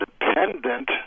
independent